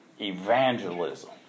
evangelism